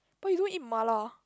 but you don't eat mala